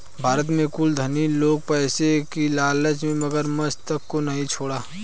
भारत में कुछ धनी लोग पैसे की लालच में मगरमच्छ तक को नहीं छोड़ा